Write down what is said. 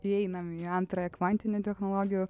įeinam į antrąją kvantinių technologijų